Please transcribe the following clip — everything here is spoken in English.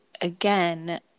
again